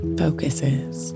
focuses